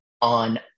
on